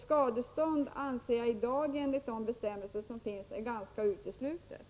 Skadestånd anser jag är uteslutet med de bestämmelser som finns i dag.